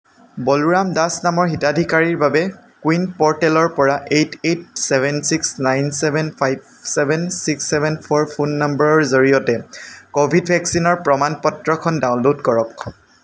বলোৰাম দাস নামৰ হিতাধিকাৰীৰ বাবে কোৱিন প'ৰ্টেলৰ পৰা eight eight seven six nine seven five seven six seven four phone নম্বৰৰ জৰিয়তে ক'ভিড ভেকচিনৰ প্ৰমাণ পত্ৰখন ডাউনলোড কৰক